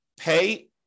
pay